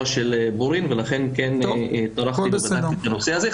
של בורין ולכן כן טרחתי לבדוק את הנושא הזה.